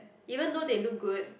even though they look good